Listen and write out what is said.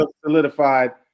solidified